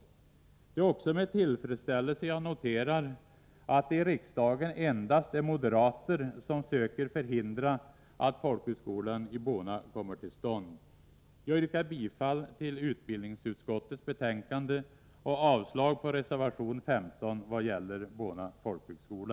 Det är också med tillfredsställelse jag noterar att det i riksdagen endast är moderater som söker förhindra att folkhögskolan i Bona kommer till stånd. Jag yrkar bifall till hemställan i utbildningsutskottets betänkande och avslag på reservation 15 i vad gäller Bona folkhögskola.